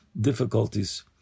difficulties